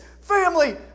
Family